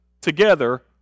together